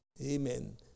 Amen